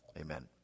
Amen